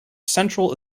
central